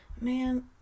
man